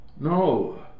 No